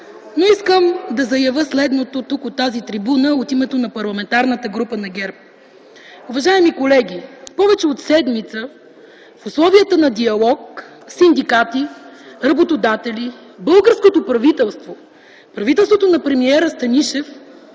Но искам да заявя следното тук, от тази трибуна, от името на Парламентарната група на ГЕРБ. Уважаеми колеги, повече от седмица в условията на диалог синдикати, работодатели, българското правителство, правителството на премиера Станишев,